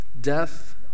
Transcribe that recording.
death